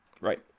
Right